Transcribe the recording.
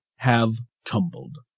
have tumbled.